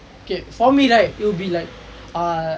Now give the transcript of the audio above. okay for me right it'll be like err